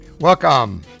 Welcome